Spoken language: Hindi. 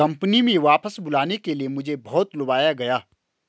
कंपनी में वापस बुलाने के लिए मुझे बहुत लुभाया गया